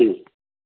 ठीक